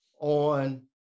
on